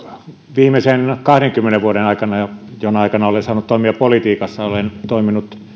viimeisen kahdenkymmenen vuoden aikana jona aikana olen saanut toimia politiikassa olen toiminut